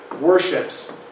worships